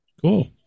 cool